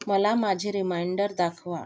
मला माझे रिमाइंडर दाखवा